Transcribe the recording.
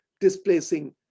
displacing